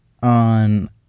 On